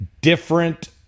different